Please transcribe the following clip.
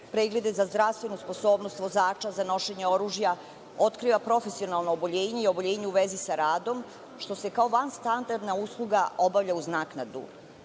preglede za zdravstvenu sposobnost vozača, za nošenje oružja, otkriva profesionalno oboljenje i oboljenje u vezi sa radom, što se kao vanstandardna usluga obavlja uz naknadu.U